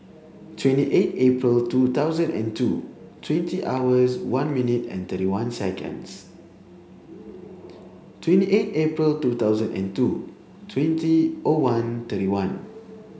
twenty eight April two thousand and two twenty hours one minute and thirty one seconds twenty eight April two thousand and two twenty O one thirty one